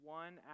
one